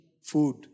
food